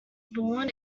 born